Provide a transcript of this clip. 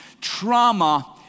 Trauma